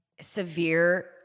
severe